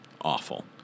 awful